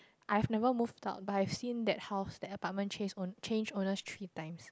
I've never moved out but I've seen that house that apartment changes own changed owners three times